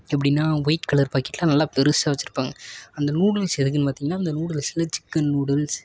எப்படின்னா white colour பாக்கிட்டில் நல்லா பெருசாக வெச்சுருப்பாங்க அந்த நூடுல்ஸ் எதுக்குன்னு பார்த்தீங்கன்னா அந்த நூடுல்ஸ்சில் சிக்கன் நூடுல்ஸ்